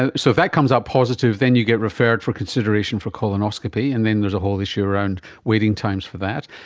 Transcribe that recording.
ah so that comes up positive then you get referred for consideration for colonoscopy and then there's a whole issue around waiting times for that.